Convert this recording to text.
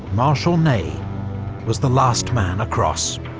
marsal ney was the last man across.